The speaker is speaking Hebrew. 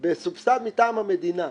מטעם המדינה.